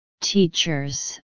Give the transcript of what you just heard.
teachers